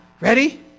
ready